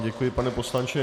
Děkuji vám, pane poslanče.